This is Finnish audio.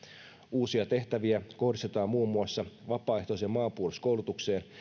uusia tehtäviä kohdistetaan muun muassa vapaaehtoiseen maanpuolustuskoulutukseen